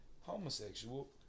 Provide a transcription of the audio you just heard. homosexual